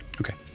Okay